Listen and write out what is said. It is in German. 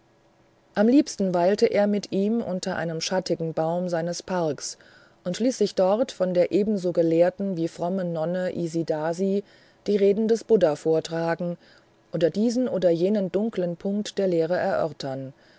am liebsten weilte er mit ihm unter einem schattigen baum seines parkes und ließ sich dort von der ebenso gelehrten wie frommen nonne isidasi die reden des buddha vortragen oder diesen und jenen dunklen punkt der lehre erörtern